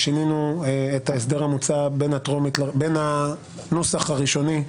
שינינו את ההסדר המוצע בין הנוסח הראשוני,